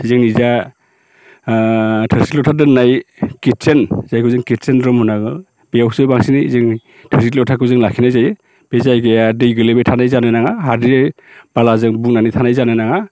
जोंनि जा थोरसि लथा दोननाय किटचेन जायखौ जों किटचेन रुम होननाय बुङो बेयावसो बांसिनै जों थोरसि लथाखौ जों लाखिनाय जायो बे जायगाया दै गोलैबाय थानाय जानो नाङा हाद्रि बालाजों बुंनानै थानाय जानो नाङा